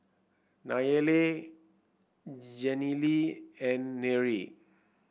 Nayely Jenilee and Nery